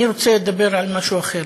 אני רוצה לדבר על משהו אחר,